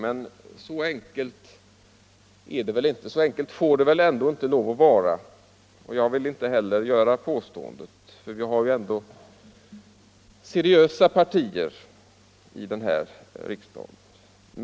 Men så enkelt får det väl inte lov att vara, och jag vill inte heller göra påståendet, ty vi har ändå seriösa partier här i riksdagen.